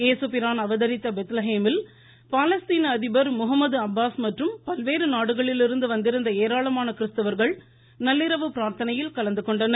ஏசு பிரான் அவதரித்த பெதலஹேமில் பாலஸ்தீன அதிபர் முகமது அப்பாஸ் மற்றும் பல்வேறு நாடுகளிலிருந்து வந்திருந்த ஏராளமான கிறிஸ்தவர்கள் நள்ளிரவு பிரார்த்தனையில் கலந்துகொண்டனர்